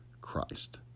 Christ